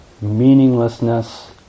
meaninglessness